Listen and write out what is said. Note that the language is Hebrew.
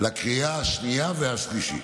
לקריאה השנייה והשלישית.